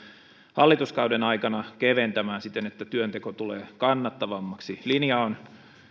hallituskauden aikana keventämään siten että työnteko tulee kannattavammaksi linja on